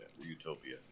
Utopia